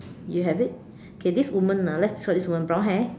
do you have it okay this woman ah let's describe this woman brown hair